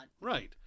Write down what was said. Right